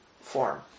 form